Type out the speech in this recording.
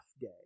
day